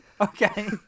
Okay